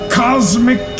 cosmic